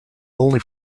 only